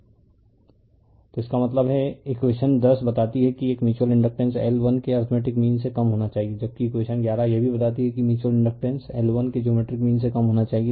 refer slide time 3646 तो इसका मतलब है इकवेशन 10 बताती है कि एक म्यूच्यूअल इंडकटेंस L1 के अर्थमेटिक मीन से कम होना चाहिए जबकि इकवेशन 11 यह भी बताती है कि म्यूच्यूअल इंडकटेंस L1 के जियोमेट्रिक मीन से कम होना चाहिए